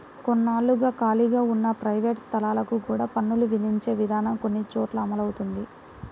కొన్నాళ్లుగా ఖాళీగా ఉన్న ప్రైవేట్ స్థలాలకు కూడా పన్నులు విధించే విధానం కొన్ని చోట్ల అమలవుతోంది